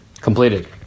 Completed